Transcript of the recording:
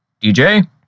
DJ